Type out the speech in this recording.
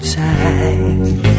time